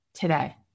today